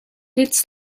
its